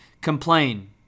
complain